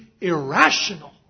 irrational